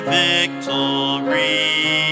victory